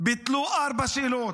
ביטלו ארבע שאלות.